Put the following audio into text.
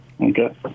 Okay